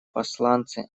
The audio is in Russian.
посланцы